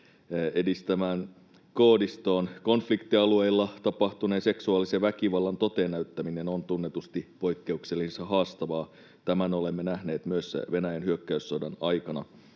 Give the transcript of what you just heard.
edistämään koodistoon. Konfliktialueilla tapahtuneen seksuaalisen väkivallan toteen näyttäminen on tunnetusti poikkeuksellisen haastavaa. Tämän olemme nähneet myös Venäjän hyökkäyssodan aikana.